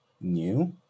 new